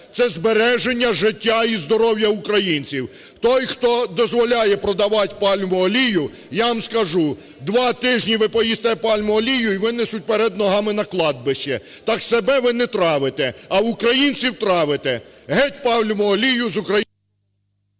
це збереження життя і здоров'я українців. Той, хто дозволяє продавать пальмову олію, я вам скажу, два тижні ви поїсте пальмову олію і винесуть вперед ногами на кладбище. Так себе ви не травите, а українців травите. Геть пальмову олію з україн…